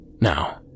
Now